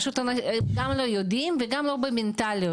פשוט גם לא יודעים וגם לא במנטליות.